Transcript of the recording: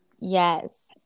Yes